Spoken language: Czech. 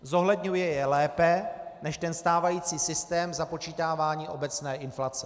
Zohledňuje je lépe než ten stávající systém započítávání obecné inflace.